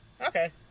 Okay